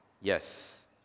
Yes